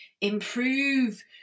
improve